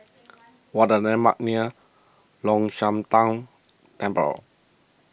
what are the landmarks near Long Shan Tang Temple